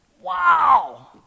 Wow